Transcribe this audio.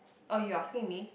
oh you're asking me